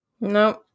no